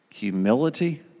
humility